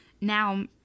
Now